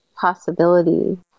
possibility